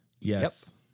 Yes